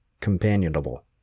companionable